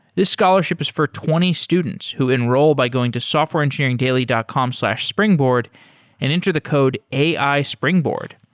this scholarship is for twenty students who enroll by going to softwareengineeringdaily dot com slash springboard and enter the code ai springboard.